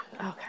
Okay